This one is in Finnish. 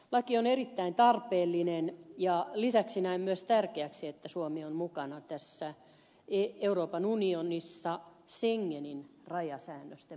laki on erittäin tarpeellinen ja lisäksi näen myös tärkeäksi että suomi on mukana euroopan unionissa schengenin rajasäännösten muutosten valmistelussa